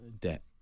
debt